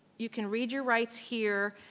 you can read your rights here,